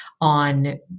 on